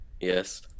Yes